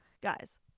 guys